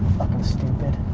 stupid.